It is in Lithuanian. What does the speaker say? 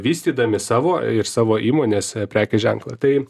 vystydami savo ir savo įmonės prekės ženklą tai